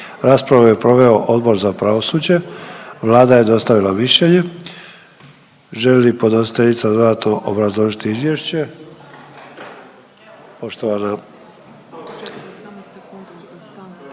Raspravu je proveo Odbor za pravosuđe. Vlada je dostavila mišljenje. Želi li podnositeljica dodatno obrazložiti izvješće?